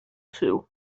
too